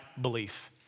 belief